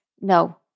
No